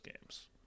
games